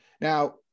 Now